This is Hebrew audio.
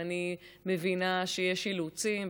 ואני מבינה שיש אילוצים,